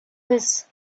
was